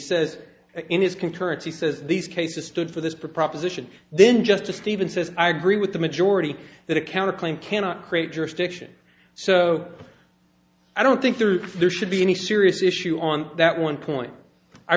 says in his concurrence he says these cases stood for this purpose ition then justice stevens says i agree with the majority that a counterclaim cannot create jurisdiction so i don't think there should be any serious issue on that one point i